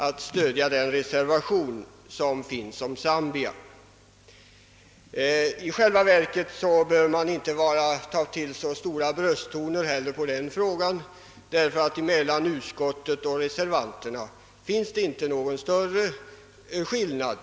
I själva verket anser jag att det inte är nödvändigt att använda djupa brösttoner när man talar om denna fråga. Mellan utskottsmajoriteten och reservanterna råder nämligen inte någon större skillnad.